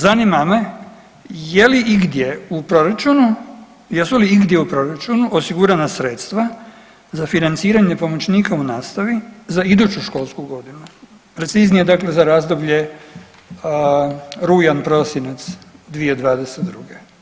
Zanima me je li igdje u proračunu, jesu li igdje u proračunu osigurana sredstva za financiranje pomoćnika u nastavi za iduću školsku godinu, preciznije dakle za razdoblje rujan/prosinac 2022.